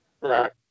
Right